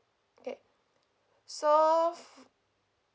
okay so